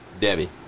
Debbie